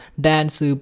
Dance